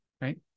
right